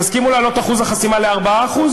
תסכימו להעלות את אחוז החסימה ל-4%?